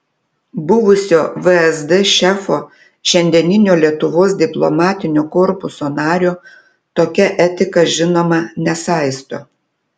buvusio vsd šefo šiandieninio lietuvos diplomatinio korpuso nario tokia etika žinoma nesaisto